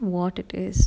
wanted is